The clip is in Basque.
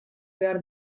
behar